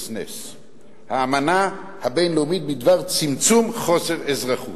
Statelessnessהאמנה הבין-לאומית בדבר צמצום חוסר אזרחות.